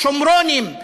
שומרונים,